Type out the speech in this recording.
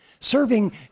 Serving